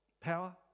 Power